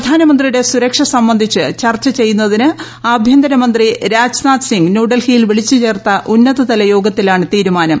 പ്രധാനമന്ത്രിയുടെ സുരക്ഷ സംബന്ധിച്ച് ചർച്ച ചെയ്യുന്നതിന് ആഭ്യന്തരമന്ത്രി രാജ്നാഥ് സിംഗ് ന്യൂഡൽഹിയിൽ വിളിച്ചു് ചേർത്ത ഉന്നതതലയോഗത്തിലാണ് തീരുമാനം